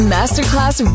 Masterclass